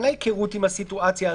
אין לה היכרות עם הסיטואציה הזאת.